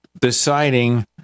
deciding